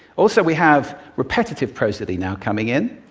also, we have repetitive prosody now coming in,